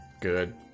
good